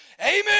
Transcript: Amen